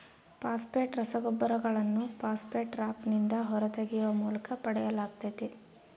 phosphate ರಸಗೊಬ್ಬರಗಳನ್ನು phosphate ರಾಕ್ನಿಂದ ಹೊರತೆಗೆಯುವ ಮೂಲಕ ಪಡೆಯಲಾಗ್ತತೆ